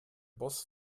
boss